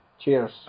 cheers